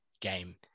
game